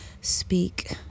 speak